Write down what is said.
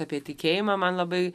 apie tikėjimą man labai